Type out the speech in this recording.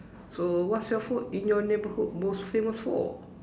so what's your food in your neighborhood most famous for